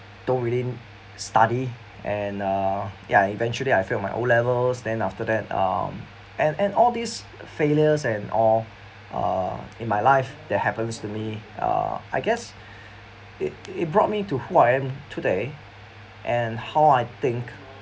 don't really study and uh ya eventually I fail my O levels then after that um and and all these failures and all uh in my life that happens to me uh I guess it it brought me to who I am today and how I think